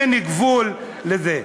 אין גבול לזה.